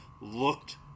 looked